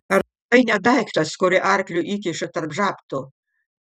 ar tai ne daiktas kurį arkliui įkiša tarp žabtų